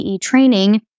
training